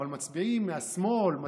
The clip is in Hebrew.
אבל מצביעים מהשמאל,